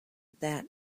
that